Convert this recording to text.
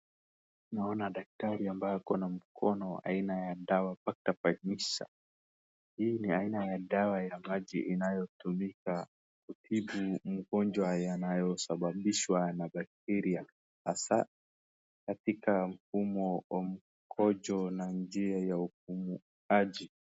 Naona daktari ambaye ako na mkono wa aina ya dawa Bakta fight Hii ni aina ya dawa ya maji inayotumika kutibu mgonjwa yanayosababishwa na bakteria hasa katika mfumo wa mkojo na njia ya upumuaji.